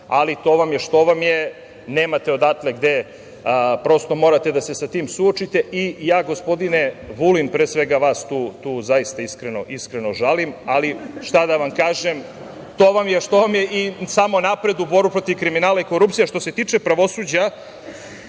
ali to vam je što vam je, nemate odatle gde, prosto, morate da se sa tim suočite. Ja, gospodine Vulin, pre svega vas tu zaista iskreno žalim, ali šta da vam kažem, to vam je što vam je i samo napred u borbu protiv kriminala i korupcije. Što se tiče pravosuđa,